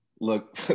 look